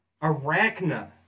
Arachna